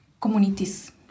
communities